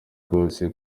rwose